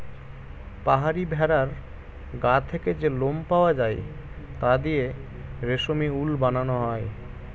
পাহাড়ি ভেড়ার গা থেকে যে লোম পাওয়া যায় তা দিয়ে রেশমি উল বানানো হয়